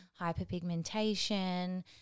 hyperpigmentation